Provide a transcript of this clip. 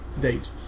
date